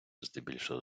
здебільшого